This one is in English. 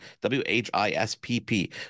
W-H-I-S-P-P